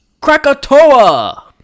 Krakatoa